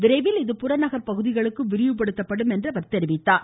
விரைவில் இது புறநகர் பகுதிகளுக்கும் விரிவுபடுத்தப்படும் என்றார்